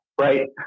right